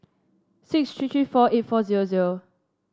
six three three four eight four zero zero